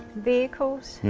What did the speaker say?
vehicles,